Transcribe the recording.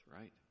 right